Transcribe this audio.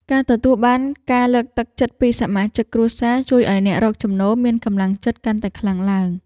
ការទទួលបានការលើកទឹកចិត្តពីសមាជិកគ្រួសារជួយឱ្យអ្នករកចំណូលមានកម្លាំងចិត្តកាន់តែខ្លាំងឡើង។